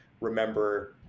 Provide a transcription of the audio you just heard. remember